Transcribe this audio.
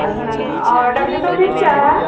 अब सर और डाक्टर साहब फीस क्या है